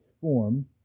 form